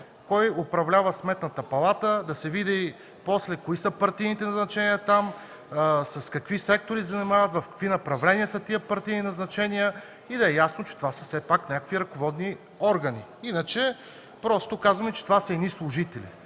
кой управлява Сметната палата, да се види после кои са партийните назначения там, с какви сектори се занимават, в какви направления са тези партийни назначения и да е ясно, че те са все пак някакви ръководни органи. Иначе просто казваме, че това са едни служители.